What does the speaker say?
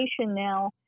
now